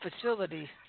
facility